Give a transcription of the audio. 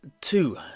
two